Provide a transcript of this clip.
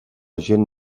gent